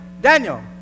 Daniel